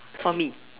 for me